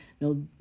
no